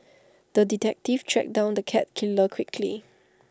the detective tracked down the cat killer quickly